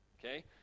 Okay